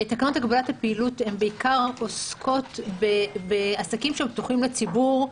תקנות הגבלת הפעילות בעיקר עוסקות בעסקים שפתוחים לציבור.